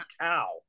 cow